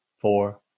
four